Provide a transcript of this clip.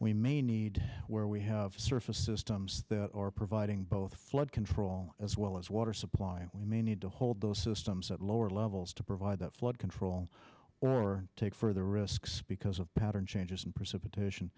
we may need where we have surface systems that are providing both flood control as well as water supply and we may need to hold those systems at lower levels to provide that flood control or take further risks because of pattern changes in precipitation